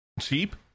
cheap